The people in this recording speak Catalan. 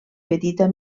petita